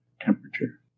temperature